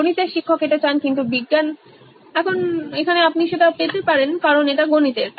গণিতের শিক্ষক এটা চান কিন্তু বিজ্ঞান এখন এখানে আপনি সেটা পেতে পারেন না কারণ এটা গণিতের